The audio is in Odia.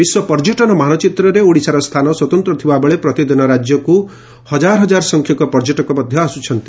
ବିଶ୍ୱ ପର୍ଯ୍ୟଟନ ମାନଚିତ୍ରରେ ଓଡ଼ିଶାର ସ୍ଚାନ ସ୍ୱତନ୍ତ ଥିବାବେଳେ ପ୍ରତିଦିନ ରାଜ୍ୟକୁ ହଜାର ହଜାର ସଂଖ୍ୟକ ପର୍ଯ୍ୟଟକ ମଧ୍ଧ ଆସୁଛନ୍ତି